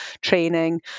training